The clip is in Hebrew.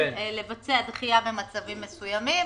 לבצע דחייה במצבים מסוימים,